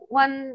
one